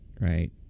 right